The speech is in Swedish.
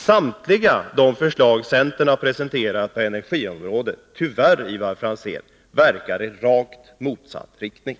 Samtliga de förslag centern har presenterat på energiområdet verkar — tyvärr, Ivar Franzén — i rakt motsatt riktning.